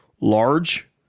large